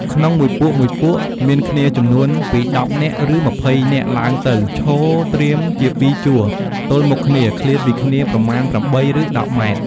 ក្នុង១ពួកៗ មានគ្នាចំនួនពី១០នាក់រឺ២០ នាក់ឡើងទៅឈរត្រៀមជា ២ជួរ ទល់មុខគ្នា ឃ្លាតពីគ្នាប្រមាណជា៨ រឺ១០ ម៉ែត្រ។